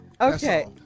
Okay